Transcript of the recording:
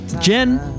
Jen